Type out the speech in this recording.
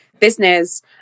Business